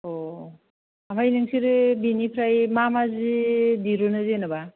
अ ओमफ्राय नोंसोरो बिनिफ्राय मा मा जि दिरुनो जेनेबा